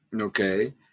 Okay